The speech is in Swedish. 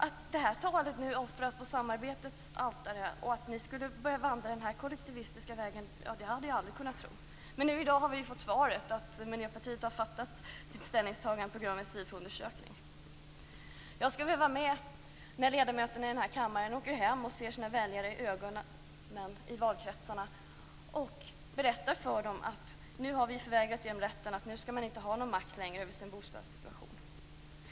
Att det här talet nu offras på samarbetets altare och att ni skulle börja vandra den här kollektivistiska vägen, det hade jag aldrig kunnat tro. Men nu i dag har vi fått svaret. Miljöpartiet har gjort sitt ställningstagande på grund av en SIFO-undersökning. Jag skulle vilja vara med när ledamöterna i den här kammaren åker hem och ser sina väljare i ögonen i valkretsarna och berättar för dem att nu har vi förvägrat dem rätten till makt över sin bostadssituation.